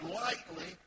lightly